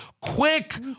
quick